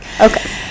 okay